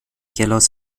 کلاس